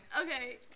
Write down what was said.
Okay